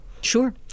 Sure